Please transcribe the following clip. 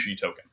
token